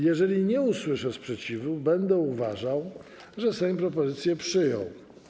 Jeżeli nie usłyszę sprzeciwu, będę uważał, że Sejm propozycję przyjął.